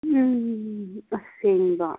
ꯎꯝ ꯑꯁꯦꯡꯕ